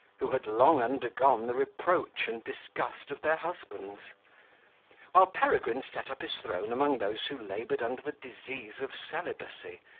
who had long undergone the reproach and disgust of their husbands while peregrine set up his throne among those who laboured under the disease of celibacy,